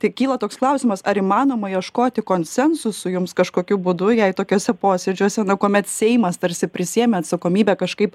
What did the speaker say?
tai kyla toks klausimas ar įmanoma ieškoti konsensusų jums kažkokiu būdu jei tokiuose posėdžiuose kuomet seimas tarsi prisiėmė atsakomybę kažkaip